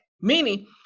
meaning